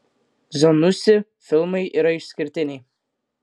zanussi filmai yra išskirtiniai